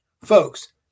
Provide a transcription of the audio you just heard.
Folks